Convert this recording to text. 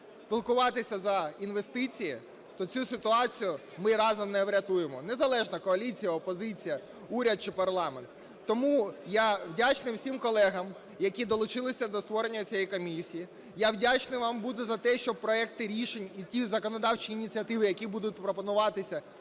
піклуватися за інвестиції, то цю ситуацію ми разом не врятуємо, незалежно коаліція, опозиція, уряд чи парламент. Тому я вдячний всім колегам, які долучилися до створення цієї комісії. Я вдячний вам буду за те. що проекти рішень і ті законодавчі ініціативи, які будуть пропонуватися,